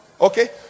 Okay